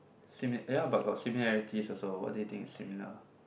simi~ ya but bgot similarities also what do you think is similar